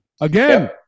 Again